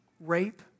rape